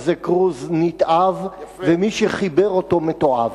אז זה כרוז נתעב ומי שחיבר אותו מתועב.